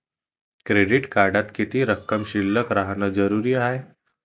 Credit कार्डात किती रक्कम शिल्लक राहानं जरुरी हाय?